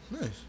Nice